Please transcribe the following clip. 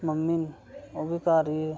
mummy न ओह् बी घर ई ऐ